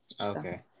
Okay